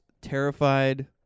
terrified